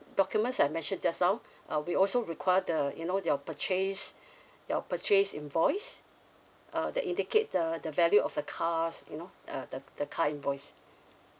documents that I mentioned just now uh we also require the you know your purchase your purchase invoice uh that indicates the the value of the cars you know uh the the car invoice